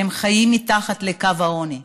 שחיים מתחת לקו העוני.